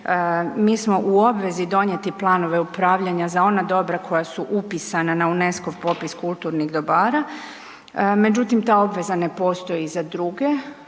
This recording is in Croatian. mi smo u obvezi donijeti planove upravljanja za ona dobra koja su upisana na UNESCO-ov popis kulturnih dobara. Međutim, ta obveza ne postoji za druge